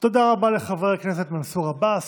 תודה רבה לחבר הכנסת מנסור עבאס.